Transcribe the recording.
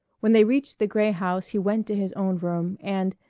when they reached the gray house he went to his own room and,